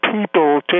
people